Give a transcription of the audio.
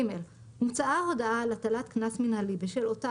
(ג) הומצאה הודעה על הטלת קנס מינהלי בשל אותה